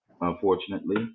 unfortunately